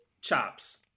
chops